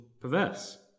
perverse